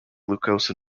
glucose